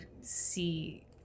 see